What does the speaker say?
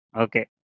Okay